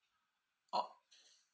oh